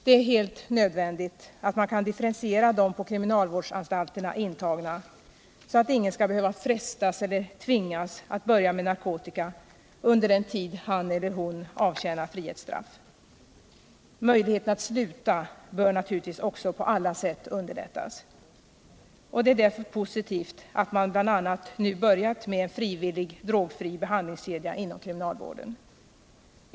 Det är helt nödvändigt att man kan differentiera de på kriminalvårdsanstalterna intagna, så att ingen skall behöva frestas eller tvingas att börja med narkotika under den tid han eller hon avtjänar frihetsstraff. Möjligheten att sluta bör naturligtvis också på alla sätt underlättas. Det är därför positivt att man nu börjat med bl.a. en frivillig drogfri behandlingskedja inom kriminalvården.